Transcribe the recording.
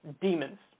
Demons